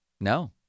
No